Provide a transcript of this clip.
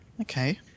Okay